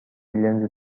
لنز